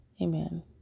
amen